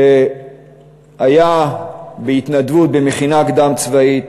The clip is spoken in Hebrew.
שהיה בהתנדבות במכינה קדם-צבאית,